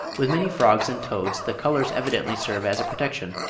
with many frogs and toads the colours evidently serve as a protection,